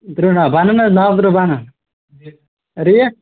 ترٕٛہ ناوٕ بَنَن حظ ناوٕ ترٕٛہ بَنَن ریٹ